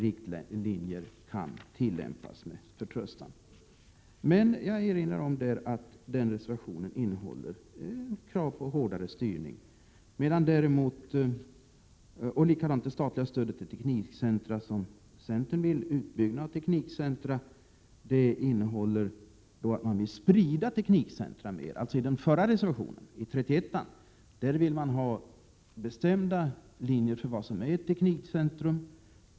Reservation 31 gäller statligt stöd till teknikcentra. Utskottsmajoriteten anser att gällande riktlinjer med förtröstan kan tillämpas. I reservation 32 av centerledamöterna om statligt stöd till teknikcentra föreslås en spridning av utbyggnaden av dessa, medan man i reservation 31 vill ha bestämda definitioner av vad som är teknikcentra.